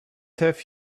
have